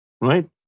Right